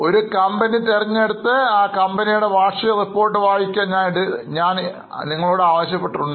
ഒരു കമ്പനി തിരഞ്ഞെടുത്ത് ആ കമ്പനിയുടെ വാർഷിക റിപ്പോർട്ട് വായിക്കാൻ ഞാൻ ഇതിനകം നിങ്ങളോട് പറഞ്ഞിട്ടുണ്ട്